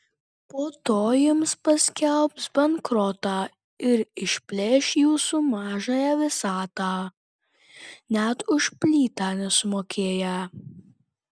po to jums paskelbs bankrotą ir išplėš jūsų mažąją visatą net už plytą nesumokėję